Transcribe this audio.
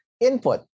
input